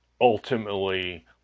ultimately